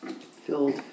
filled